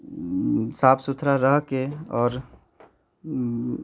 साफ सुथरा रहके आओर